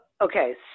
Okay